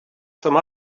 some